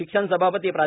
शिक्षण सभापती प्रा